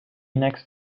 next